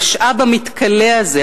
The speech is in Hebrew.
המשאב המתכלה הזה,